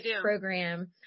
program